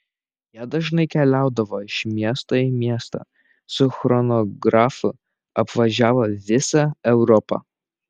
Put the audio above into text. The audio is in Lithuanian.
jie dažnai keliaudavo iš miesto į miestą su chronografu apvažiavo visą europą